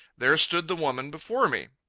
there stood the woman before me.